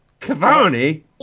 Cavani